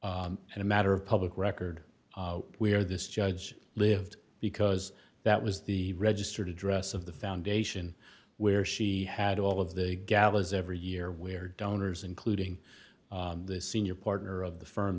and a matter of public record where this judge lived because that was the registered address of the foundation where she had all of the galahs every year where donors including the senior partner of the firm